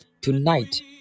tonight